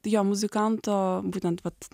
jo muzikanto būtent vat